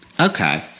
Okay